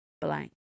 blank